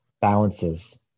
balances